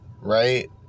right